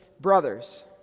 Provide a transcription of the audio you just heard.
brothers